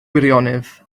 gwirionedd